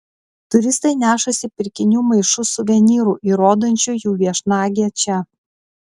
turistai nešasi pirkinių maišus suvenyrų įrodančių jų viešnagę čia